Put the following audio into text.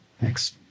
Thanks